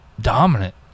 dominant